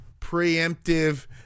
preemptive